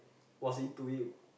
was into it